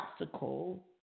obstacle